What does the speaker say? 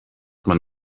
man